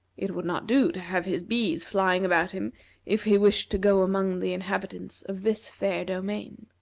it would not do to have his bees flying about him if he wished to go among the inhabitants of this fair domain.